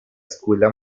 escuela